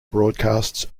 broadcasts